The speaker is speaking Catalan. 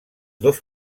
dos